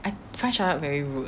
I taug~ shut up very rude